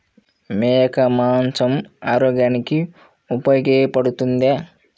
మేక మాంసం ఆరోగ్యానికి ఉపయోగపడుతుందా?